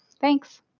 Thanks